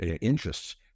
interests